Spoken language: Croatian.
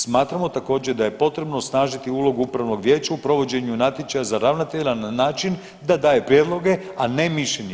Smatramo također da je potrebno osnažiti ulogu upravnog vijeća u provođenju natječaja za ravnatelja na način da daje prijedloge, a ne mišljenje.